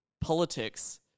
politics